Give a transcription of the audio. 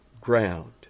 ground